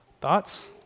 Thoughts